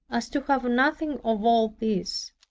as to have nothing of all this.